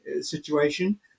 situation